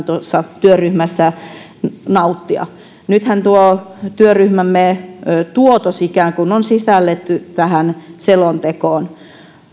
tuossa työryhmässä nauttia nythän tuo työryhmämme tuotos on sisällytetty tähän selontekoon